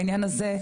בעניין הזה,